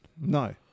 No